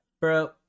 Bro